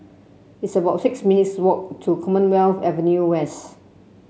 it's about six minutes' walk to Commonwealth Avenue West